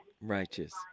Righteous